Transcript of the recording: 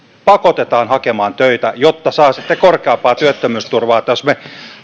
pakotetaan hakemaan tekemään töitä jotta saa korkeampaa työttömyysturvaa eli jos me